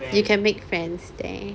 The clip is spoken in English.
you can make friends there